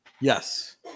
Yes